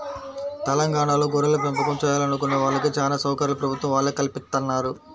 తెలంగాణాలో గొర్రెలపెంపకం చేయాలనుకునే వాళ్ళకి చానా సౌకర్యాలు ప్రభుత్వం వాళ్ళే కల్పిత్తన్నారు